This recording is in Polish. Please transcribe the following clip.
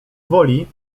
woli